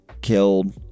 killed